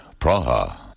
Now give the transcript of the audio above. Praha. (